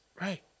Right